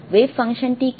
wave ফাংশনটি কি